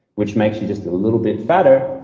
which makes you just a little bit fatter,